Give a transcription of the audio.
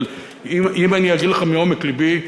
אבל אם אני אגיד לך מעומק לבי,